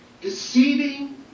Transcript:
Deceiving